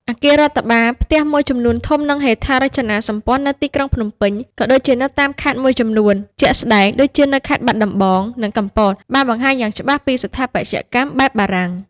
អគាររដ្ឋបាល ផ្ទះមួយចំនួនធំ និងហេដ្ឋារចនាសម្ព័ន្ធនៅទីក្រុងភ្នំពេញ ក៏ដូចជានៅតាមខេត្តមួយចំនួន ជាក់ស្ដែងដូចជានៅខេត្តបាត់ដំបង និងកំពត បានបង្ហាញយ៉ាងច្បាស់ពីស្ថាបត្យកម្មបែបបារាំង។